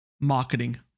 Marketing